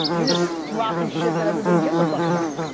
you're just dropping shit that everybody gives a fuck about.